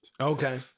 Okay